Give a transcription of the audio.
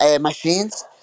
machines